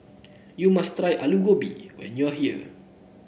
you must try Alu Gobi when you are here